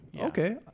Okay